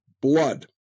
blood